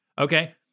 Okay